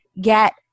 get